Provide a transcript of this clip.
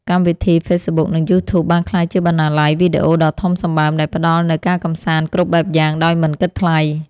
កម្មវិធីហ្វេសប៊ុកនិងយូធូបបានក្លាយជាបណ្ណាល័យវីដេអូដ៏ធំសម្បើមដែលផ្ដល់នូវការកម្សាន្តគ្រប់បែបយ៉ាងដោយមិនគិតថ្លៃ។